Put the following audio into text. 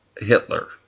Hitler